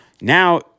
Now